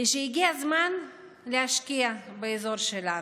הגיע הזמן להשקיע באזור שלנו.